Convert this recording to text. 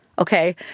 Okay